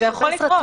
זה יכול לקרות.